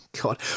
God